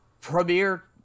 premier